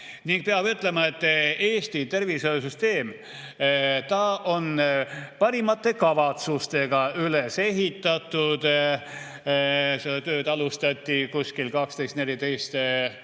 Peab ütlema, et Eesti tervishoiusüsteem on parimate kavatsustega üles ehitatud. Seda tööd alustati umbes 12–14